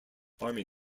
army